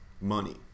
money